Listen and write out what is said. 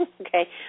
okay